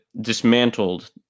dismantled